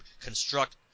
construct